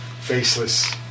faceless